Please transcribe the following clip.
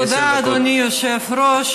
תודה, אדוני היושב-ראש.